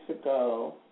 ago